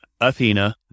Athena